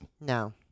No